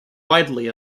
widely